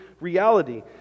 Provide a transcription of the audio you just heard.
reality